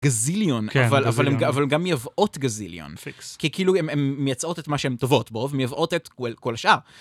גזיליון, אבל גם מייבאות גזיליון. פיקס. כי כאילו הן מייצרות את מה שהן טובות בו, ומייבאות את כל השאר.